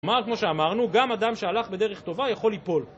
כלומר, כמו שאמרנו, גם אדם שהלך בדרך טובה יכול ליפול.